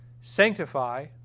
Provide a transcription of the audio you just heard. sanctify